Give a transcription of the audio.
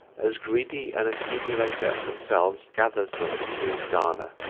as greedy an accumulator as themselves, gathers them into his garner.